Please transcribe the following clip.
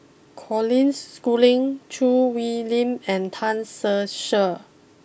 Colin Schooling Choo Hwee Lim and Tan Ser Cher